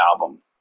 album